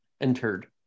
entered